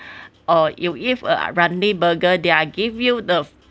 or you eat a ramly burger they are gave you the